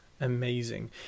Amazing